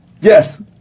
Yes